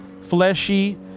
fleshy